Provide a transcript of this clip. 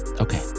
Okay